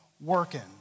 working